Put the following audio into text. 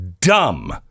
dumb